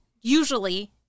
usually